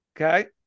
Okay